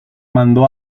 mandó